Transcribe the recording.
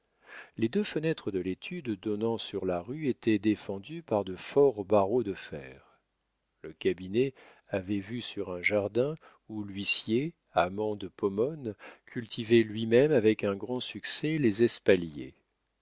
les deux fenêtres de l'étude donnant sur la rue étaient défendues par de forts barreaux de fer le cabinet avait vue sur un jardin où l'huissier amant de pomone cultivait lui-même avec un grand succès les espaliers